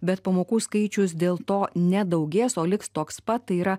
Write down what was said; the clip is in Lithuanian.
bet pamokų skaičius dėl to ne daugės o liks toks pat tai yra